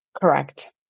Correct